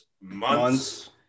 months